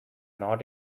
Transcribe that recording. not